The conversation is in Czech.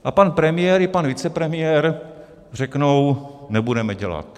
A pan premiér i pan vicepremiér řeknou: nebudeme dělat.